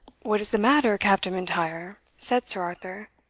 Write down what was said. what is the matter, captain m'intyre? said sir arthur.